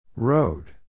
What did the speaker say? Road